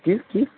কী কী